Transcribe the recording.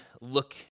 look